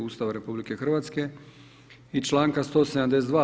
Ustava RH i članka 172.